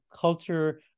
culture